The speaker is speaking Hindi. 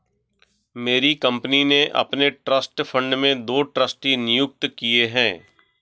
मेरी कंपनी ने अपने ट्रस्ट फण्ड में दो ट्रस्टी नियुक्त किये है